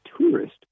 tourist